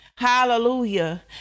Hallelujah